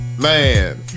Man